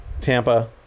Tampa